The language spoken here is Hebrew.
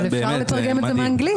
אפשר לתרגם את זה מאנגלית.